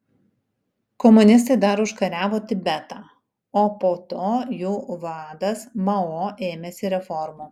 komunistai dar užkariavo tibetą o po to jų vadas mao ėmėsi reformų